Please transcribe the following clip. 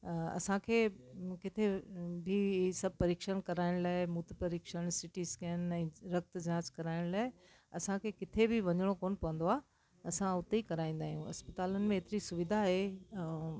अ असांखे किथे बि हे सभु परीक्षण कराइण लाइ मूत परीक्षण सीटी स्केन लाइ ऐं रक्त जांच कराइण लाइ असांखे किथे बि वञिणो कोन्ह पवंदो आ्हे असां उते ई कराईंदा आहियूं अस्पतालुनि में एतिरी सुविधा ए ऐं